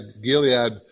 Gilead